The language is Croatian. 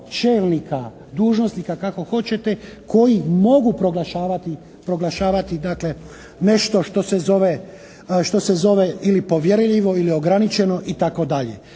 čelnika, dužnosnika kako hoćete koji mogu proglašavati dakle nešto što se zove ili povjerljivo ili ograničeno itd.